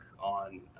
on